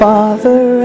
Father